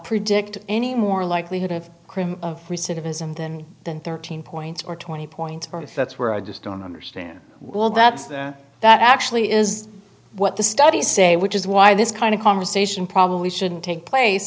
predict any more likelihood of crim of free citizen than than thirteen points or twenty points for if that's where i just don't understand well that's that that actually is what the studies say which is why this kind of conversation probably shouldn't take place